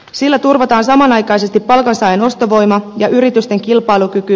sillä turvataan samanaikaisesti palkansaajan ostovoima ja yritysten kilpailukyky